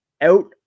out